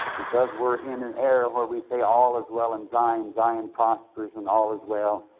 because we're in an era where we say, all is well in zion zion prospers and all is well,